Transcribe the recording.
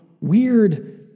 weird